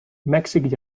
mèxic